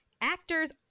actors